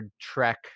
Trek